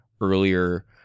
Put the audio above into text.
earlier